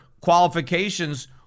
qualifications